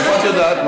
מאיפה את יודעת?